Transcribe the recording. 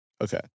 Okay